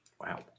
Wow